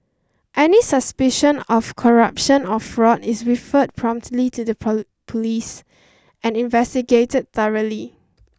any suspicion of corruption or fraud is referred promptly to the police and investigated thoroughly